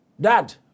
dad